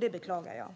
Det beklagar jag.